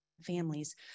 families